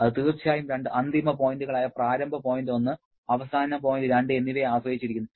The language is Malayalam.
അത് തീർച്ചയായും രണ്ട് അന്തിമ പോയിന്റുകളായ പ്രാരംഭ പോയിന്റ് 1 അവസാന പോയിന്റ് 2 എന്നിവയെ ആശ്രയിച്ചിരിക്കുന്നു